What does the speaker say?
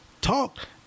talk